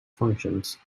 functions